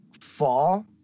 fall